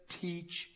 teach